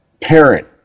parent